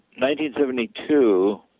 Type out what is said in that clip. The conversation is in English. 1972